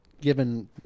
given